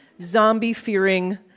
zombie-fearing